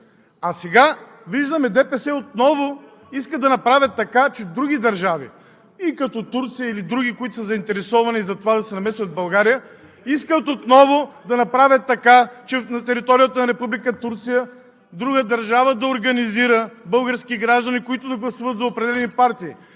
А сега виждаме – ДПС отново искат да направят така, че други държави – като Турция или други, които са заинтересовани за това да се намесват в България, искат отново да направят така, че на територията на Република Турция – друга държава, да организира български граждани, които да гласуват за определени партии.